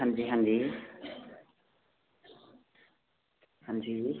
हांजी हांजी हांजीऽ